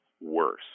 worse